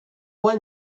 one